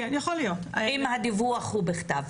אם הדיווח הוא בכתב,